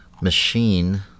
Machine